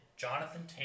Jonathan